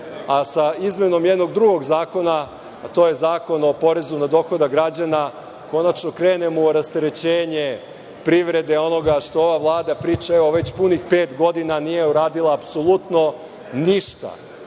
a sa izmenom jednog drugog zakona, to je Zakon o porezu na dohodak građana, konačno krenemo u rasterećenje privrede, onoga što ova Vlada priča već punih pet godina, a nije uradila apsolutno ništa.